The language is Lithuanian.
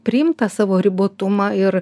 priimt tą savo ribotumą ir